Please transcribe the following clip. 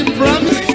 promise